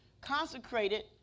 consecrated